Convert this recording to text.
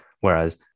Whereas